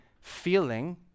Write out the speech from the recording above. feeling